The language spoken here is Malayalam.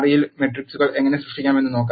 യിൽ മെട്രിക്കുകൾ എങ്ങനെ സൃഷ്ടിക്കാമെന്ന് നോക്കാം